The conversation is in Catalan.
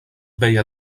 veia